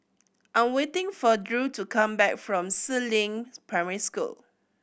I am waiting for Drew to come back from Si Ling Primary School